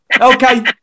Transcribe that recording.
Okay